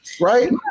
right